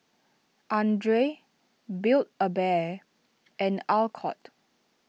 andre Build A Bear and Alcott